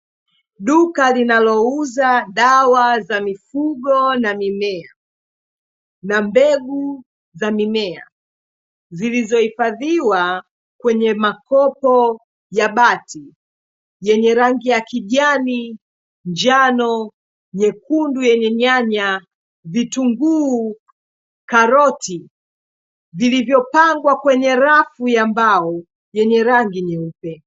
Duka linalouza dawa za mifugo na mimea na mbegu za mimea zilizohifadhiwa kwenye makopo ya bati yenye rangi ya kijani, njano, nyekundu yenye nyanya ,vitunguu, karoti vilivyopangwa kwenye rafu ya mbao yenye rangi nyeupe.